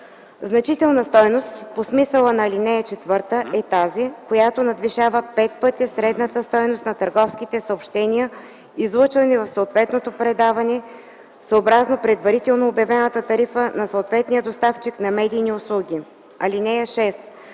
Значителна стойност по смисъла на ал. 4 е тази, която надвишава пет пъти средната стойност на търговските съобщения, излъчвани в съответното предаване, съобразно предварително обявената тарифа на съответния доставчик на медийни услуги. (6)